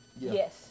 Yes